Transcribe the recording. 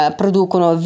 producono